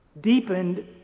deepened